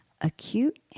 Acute